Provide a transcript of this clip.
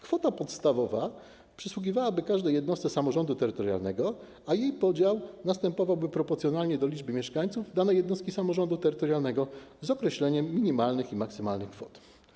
Kwota podstawowa przysługiwałaby każdej jednostce samorządu terytorialnego, a jej podział następowałby proporcjonalnie do liczby mieszkańców danej jednostki samorządu terytorialnego z określeniem minimalnych i maksymalnych kwot.